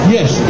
Yes